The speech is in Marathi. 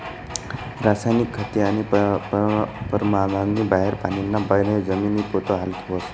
रासायनिक खते आणि परमाननी बाहेर पानीना बये जमिनी पोत हालकी व्हस